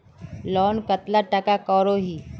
Loan कतला टाका करोही?